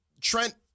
Trent